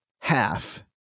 half